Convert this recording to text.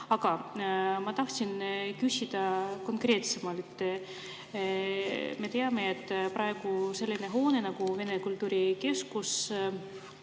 ma tahtsin küsida konkreetsemalt. Me teame, et praegu selline hoone nagu Vene kultuurikeskus